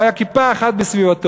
לא הייתה כיפה אחת בסביבתו.